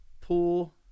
pool